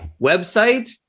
website